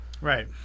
Right